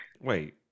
Wait